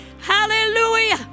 hallelujah